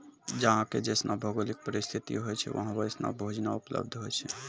जहां के जैसनो भौगोलिक परिस्थिति होय छै वहां वैसनो भोजनो उपलब्ध होय छै